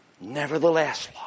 nevertheless